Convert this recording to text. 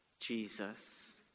Jesus